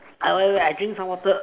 I wait wait I drink some water